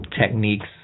techniques